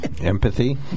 Empathy